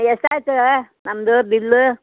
ಎಷ್ಟಾಯಿತು ನಮ್ಮದು ಬಿಲ್ಲು